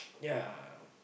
ya